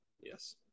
Yes